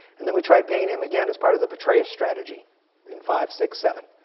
and then we tried paying him again as part of the petraeus strategy in five, six, seven.